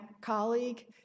colleague